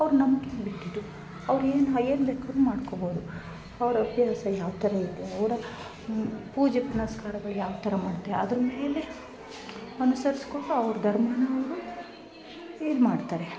ಅವ್ರ ನಂಬ್ಕೆಗೆ ಬಿಟ್ಟಿದ್ದು ಅವ್ರು ಏನು ಹಾಂ ಏನು ಬೇಕು ಅವ್ರು ಮಾಡ್ಕೊಬೌದು ಅವ್ರ ಹವ್ಯಾಸ ಯಾವ ಥರ ಇರುತ್ತೆ ಅವರ ಪೂಜೆ ಪುನಸ್ಕಾರಗಳು ಯಾವ ಥರಾ ಮಾಡ್ತೀವಿ ಅದ್ರ ಮೇಲೆ ಅನುಸರಿಸಿಕೊಂಡು ಅವ್ರ ಧರ್ಮನಾ ಅವರು ಇದು ಮಾಡ್ತಾರೆ